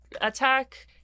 attack